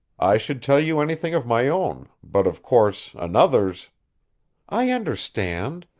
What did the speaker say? i should tell you anything of my own, but, of course, another's i understand.